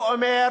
הוא אומר